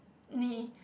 knee